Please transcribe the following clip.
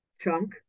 Chunk